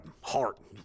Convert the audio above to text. heart